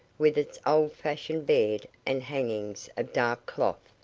with its old-fashioned bed and hangings of dark cloth,